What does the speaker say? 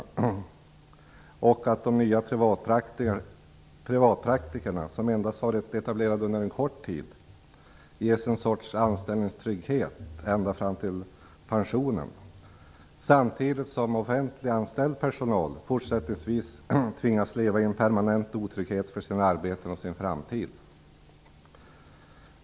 Vidare ges de nya privatpraktikerna, som har varit etablerade endast kort tid, ett slags anställningstrygghet ända fram till pensionen, samtidigt som offentliganställd personal fortsättningsvis tvingas leva i permanent otrygghet för sina arbeten och sin framtid.